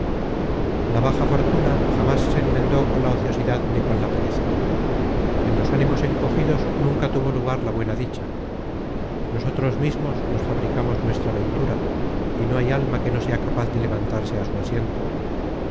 la baja fortuna jamas se enmendó con la ociosidad ni con la pereza en los ánimos encogidos nunca tuvo lugar la buena dicha nosotros mismos nos fabricamos nuestra ventura y no hay alma que no sea capaz de levantarse á su asiento